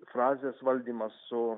frazės valdymą su